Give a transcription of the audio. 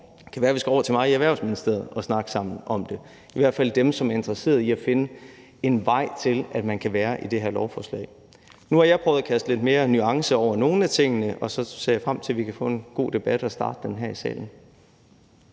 Det kan være, at vi skal over til mig i Erhvervsministeriet og snakke sammen om det, i hvert fald dem, som er interesserede i at finde en vej til, at man kan være i det her lovforslag. Nu har jeg prøvet at kaste lidt mere nuance ind over nogle af tingene, og så ser jeg frem til, at vi kan få en god debat og starte den her i salen.